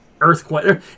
Earthquake